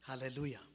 Hallelujah